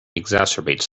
exacerbates